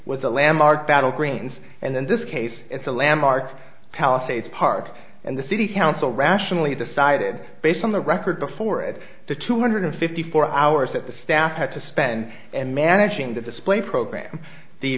was a landmark battle greens and then this case it's a landmark palisades park and the city council rationally decided based on the record before it the two hundred fifty four hours that the staff had to spend and managing the display program the